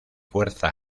fuerza